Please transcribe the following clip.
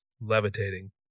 levitating